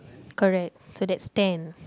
correct so that's ten